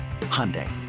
Hyundai